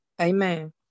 amen